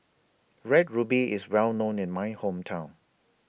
Red Ruby IS Well known in My Hometown